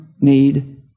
need